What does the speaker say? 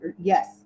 Yes